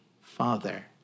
father